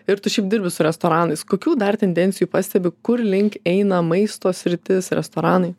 ir tu šiaip dirbi su restoranais kokių dar tendencijų pastebi kurlink eina maisto sritis restoranai